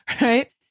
Right